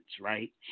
right